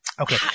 Okay